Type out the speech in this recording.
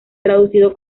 traducido